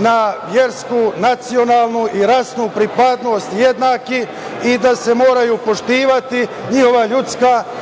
na versku, nacionalnu i rasnu pripadnost jednaki i da se moraju poštovati njihova ljudska, njihova